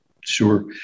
Sure